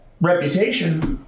reputation